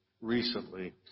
recently